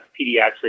pediatrics